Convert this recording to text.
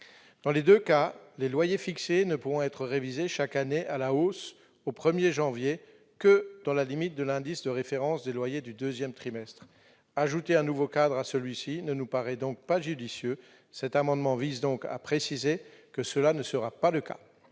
Dans les deux cas, les loyers fixés ne pourront être révisés chaque année à la hausse, au 1 janvier, que dans la limite de l'indice de référence des loyers du deuxième trimestre. Ajouter un nouveau cadre à celui-ci ne nous paraît pas judicieux. Cet amendement tend à préciser que tel ne sera pas le cas.